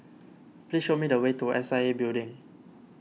please show me the way to S I A Building